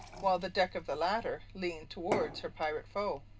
while the deck of the latter leaned toward her pirate foe.